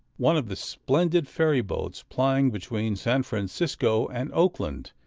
one of the splendid ferry-boats plying between san francisco and oakland,